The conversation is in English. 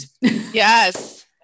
Yes